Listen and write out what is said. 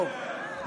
טוב,